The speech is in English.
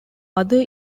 other